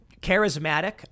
charismatic